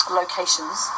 locations